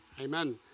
Amen